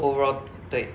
overall 对